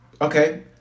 okay